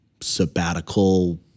sabbatical